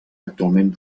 actualment